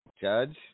Judge